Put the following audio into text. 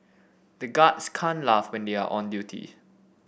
the guards can't laugh when they are on duty